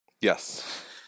Yes